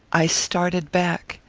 i started back.